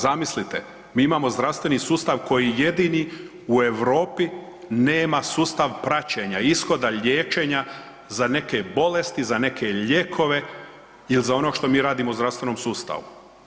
Zamislite, mi imamo zdravstveni sustav koji jedini u Europi nema sustav praćenja, ishoda liječenja za neke bolesti, za neke lijekove il za ono što mi radimo u zdravstvenom sustavu.